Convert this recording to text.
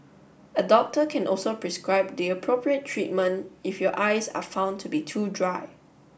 a doctor can also prescribe the appropriate treatment if your eyes are found to be too dry